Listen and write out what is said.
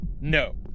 No